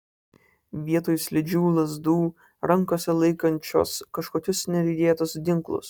vietoj slidžių lazdų rankose laikančios kažkokius neregėtus ginklus